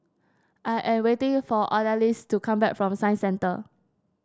I am waiting for Odalys to come back from Science Centre